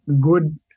good